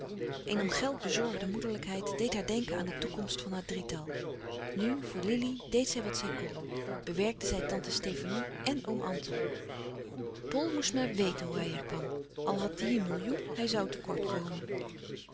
een om geld bezorgde moederlijkheid deed haar denken aan de toekomst van haar drietal nu voor lili deed zij wat zij kon bewerkte zij tante stefanie èn oom anton pol moest maar wèten hoe hij er kwam al had die een millioen hij zoû te kort komen